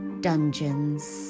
dungeons